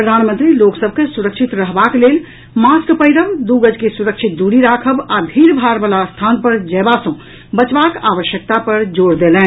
प्रधानमंत्री लोक सभ के सुरक्षित रहबाक लेल मास्क पहिरब दू गज के सुरक्षित दूरी राखब आ भीड़भाड़ वला स्थान पर जयबा सँ बचबाक आवश्यकता पर जोर देलनि